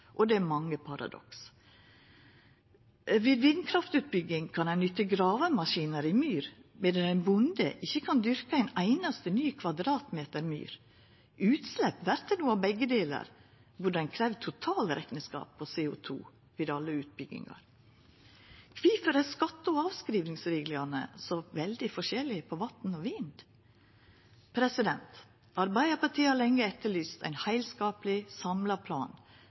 Og det er mange paradoks. Ved vindkraftutbygging kan ein nytta gravemaskiner i myr, medan ein bonde ikkje kan dyrka ein einaste ny kvadratmeter myr. Utslepp vert det no av begge delar. Burde ein kravd totalrekneskap på CO 2 ved alle utbyggingar? Kvifor er skatte- og avskrivingsreglane så veldig forskjellige for vatn og vind? Arbeidarpartiet har lenge etterlyst ein heilskapleg, samla plan